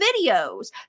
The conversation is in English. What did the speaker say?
videos